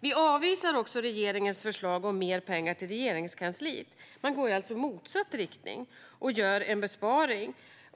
Vi avvisar regeringens förslag om mer pengar till Regeringskansliet - man går alltså i motsatt riktning - och gör en besparing.